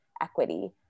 equity